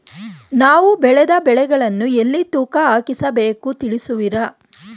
ನಾವು ಬೆಳೆದ ಬೆಳೆಗಳನ್ನು ಎಲ್ಲಿ ತೂಕ ಹಾಕಿಸಬೇಕು ತಿಳಿಸುವಿರಾ?